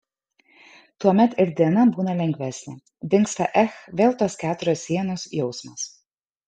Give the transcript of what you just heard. tuomet ir diena būna lengvesnė dingsta ech vėl tos keturios sienos jausmas